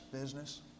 business